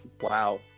Wow